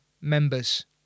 members